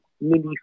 mini